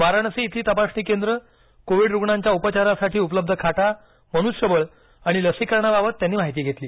वाराणसी इथली तपासणी केंद्र कोविड रुग्णांच्या उपचारासाठी उपलब्ध खाटा मनुष्यबळ आणि लसीकरणाबाबत त्यांनी माहिती घेतली